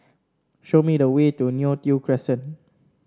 show me the way to Neo Tiew Crescent